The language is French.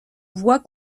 voix